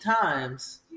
times